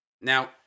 Now